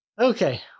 Okay